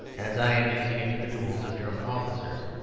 as i am using it, to the duels of german officers,